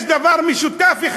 יש להם דבר משותף אחד: